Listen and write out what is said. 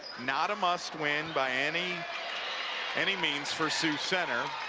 not a must-win by any any means for sioux center,